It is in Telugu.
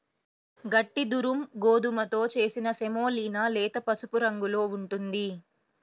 గట్టి దురుమ్ గోధుమతో చేసిన సెమోలినా లేత పసుపు రంగులో ఉంటుంది